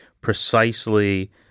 precisely